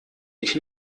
ich